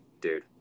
dude